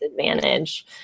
advantage